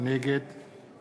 נגד